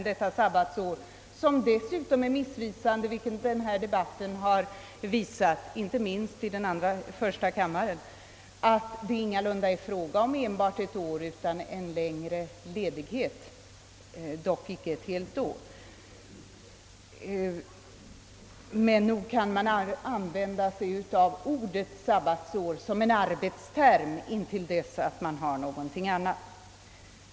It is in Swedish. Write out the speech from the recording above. Detta ord är egentligen missvisande, vilket debatten har visat, inte minst i första kammaren, eftersom det ingalunda är fråga om ledighet under just ett år, utan om en längre ledighet, dock icke ett helt år. Men nog kan man använda ordet sabbatsår som en arbetsterm intill dess det finns någon annan.